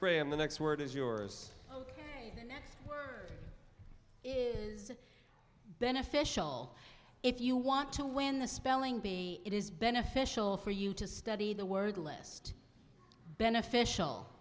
graham the next word is yours is beneficial if you want to win the spelling bee it is beneficial for you to study the word list beneficial